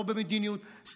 לא במדיניות,